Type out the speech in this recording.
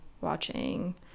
watching